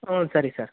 ಹ್ಞೂ ಸರಿ ಸರ್